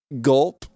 gulp